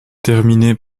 terminés